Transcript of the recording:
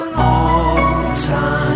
all-time